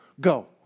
go